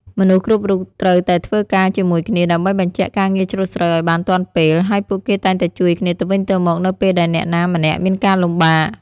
មនុស្សគ្រប់រូបត្រូវតែធ្វើការជាមួយគ្នាដើម្បីបញ្ចប់ការងារច្រូតស្រូវឱ្យបានទាន់ពេល ហើយពួកគេតែងតែជួយគ្នាទៅវិញទៅមកនៅពេលដែលអ្នកណាម្នាក់មានការលំបាក។